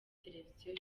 televiziyo